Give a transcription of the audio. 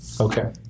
Okay